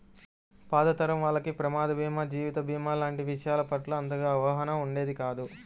పాత తరం వాళ్లకి ప్రమాద భీమా, జీవిత భీమా లాంటి విషయాల పట్ల అంతగా అవగాహన ఉండేది కాదు